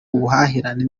ubuhahirane